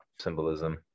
symbolism